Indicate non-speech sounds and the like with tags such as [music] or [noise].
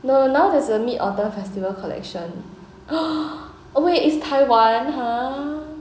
no now there's a mid autumn festival collection [noise] oh wait it's taiwan !huh!